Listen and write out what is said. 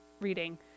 reading